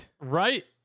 Right